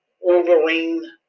Wolverine